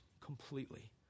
completely